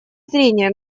зрения